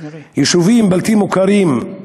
יישובים בלתי מוכרים,